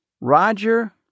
Roger